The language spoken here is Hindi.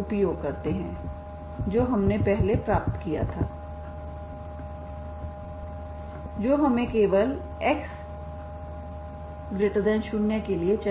उपयोग करते हैंजो हमने पहले प्राप्त किया था जो हमें केवल x0 के लिए चाहिए